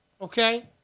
Okay